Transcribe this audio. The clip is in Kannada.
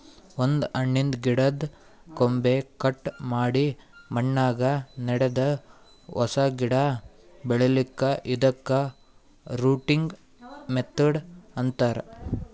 ಒಂದ್ ಹಣ್ಣಿನ್ದ್ ಗಿಡದ್ದ್ ಕೊಂಬೆ ಕಟ್ ಮಾಡಿ ಮಣ್ಣಾಗ ನೆಡದು ಹೊಸ ಗಿಡ ಬೆಳಿಲಿಕ್ಕ್ ಇದಕ್ಕ್ ರೂಟಿಂಗ್ ಮೆಥಡ್ ಅಂತಾರ್